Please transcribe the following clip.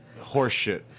horseshit